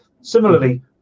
Similarly